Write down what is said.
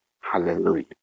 Hallelujah